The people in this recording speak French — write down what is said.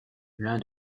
l’un